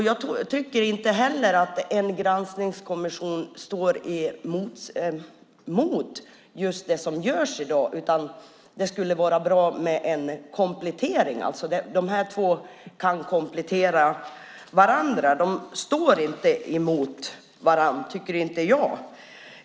Jag tycker inte heller att en granskningskommission står emot det som görs i dag, utan det skulle vara bra med en komplettering. Dessa två kan alltså komplettera varandra. Jag tycker inte att de står emot varandra.